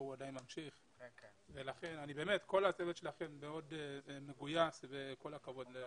כל הצוות שלכם מאוד מגויס וכל הכבוד.